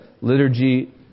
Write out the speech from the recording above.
liturgy